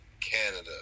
Canada